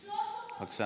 357 בחרו בה בליכוד.